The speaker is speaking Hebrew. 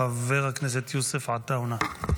ואחריה, חבר הכנסת יוסף עטאונה.